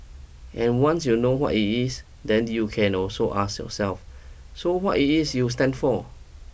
and once you know what it is then you can also ask yourself so what it is you stand for